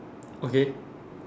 okay